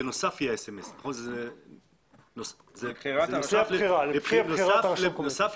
בנוסף יהיה SMS. לבחירת הרשות.